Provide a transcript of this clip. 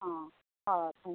অ' অ' ঠেংক